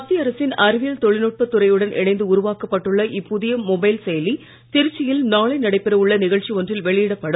மத்திய அரசின் அறிவியல் தொழில்நுட்ப துறையுடன் இணைந்து உருவாக்கப்பட்டுள்ள இப்புதிய மொபைல் செயலி திருச்சியில் நாளை நடைபெற உள்ள நிகழ்ச்சி ஒன்றில் வெளியிடப்படும்